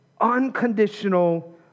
unconditional